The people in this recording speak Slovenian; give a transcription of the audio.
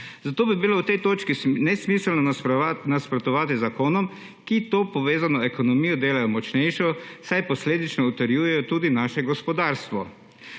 zato bi bilo v tej točki nesmiselno nasprotovati zakonom, ki to povezano ekonomijo delajo močnejšo, saj posledično utrjujejo tudi naše gospodarstvo.